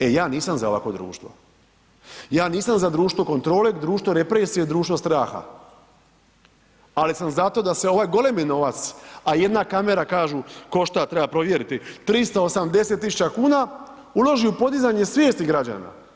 E ja nisam za ovakvo društvo, ja nisam za društvo kontrole, društvo represije, društvo straha ali sam za to da se ovaj golemi novac a jedna kamera kažu, košta, treba provjeriti 380 tisuća kuna uloži u podizanje svijesti građana.